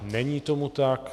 Není tomu tak.